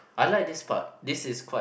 I like this part this is quite